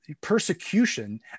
persecution